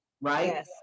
Right